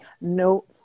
No